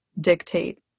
dictate